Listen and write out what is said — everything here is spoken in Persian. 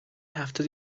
هفته